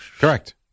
Correct